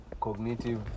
cognitive